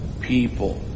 people